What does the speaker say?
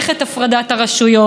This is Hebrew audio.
אני אשמח שהשרה תקשיב,